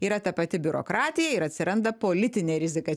yra ta pati biurokratija ir atsiranda politinė rizika